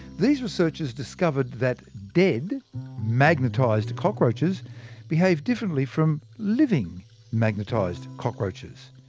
these researchers discovered that dead magnetised cockroaches behave differently from living magnetised cockroaches.